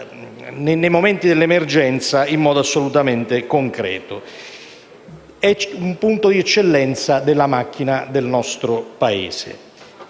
nei momenti di emergenza in modo assolutamente concreto. È un punto di eccellenza della macchina del nostro Paese.